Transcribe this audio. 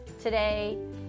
today